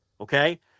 Okay